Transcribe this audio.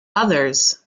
others